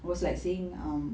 was like saying um